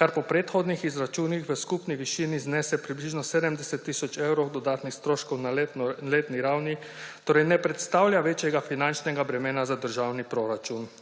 kar po predhodnih izračunih v skupni višini znese približno 70 tisoč evrov dodatnih stroškov na letni ravni, torej ne predstavlja večjega finančnega bremena za državni proračun.